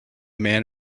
man